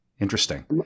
interesting